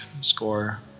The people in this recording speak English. score